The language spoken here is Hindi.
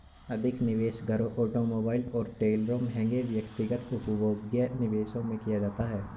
अधिक निवेश घरों ऑटोमोबाइल और ट्रेलरों महंगे व्यक्तिगत उपभोग्य निवेशों में किया जाता है